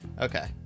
Okay